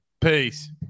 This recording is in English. Peace